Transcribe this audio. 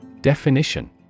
Definition